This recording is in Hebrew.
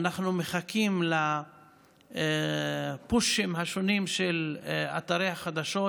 אנחנו מחכים לפושים השונים של אתרי החדשות: